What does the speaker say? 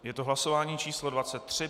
Je to hlasování číslo 23.